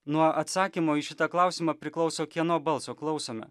nuo atsakymo į šitą klausimą priklauso kieno balso klausome